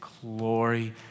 glory